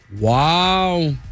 Wow